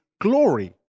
glory